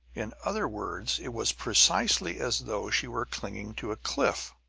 in other words, it was precisely as though she were clinging to a cliff.